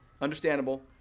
Understandable